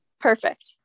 Perfect